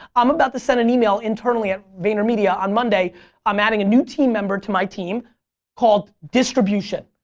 i'm about to send an email internally at vaynermedia on monday i'm adding a new team member to my team called distribution.